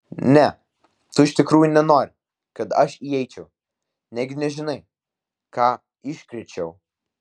ne tu iš tikrųjų nenori kad aš įeičiau negi nežinai ką iškrėčiau